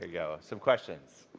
ah yeah some questions,